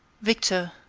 victor,